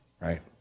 Right